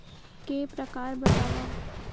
के प्रकार बतावव?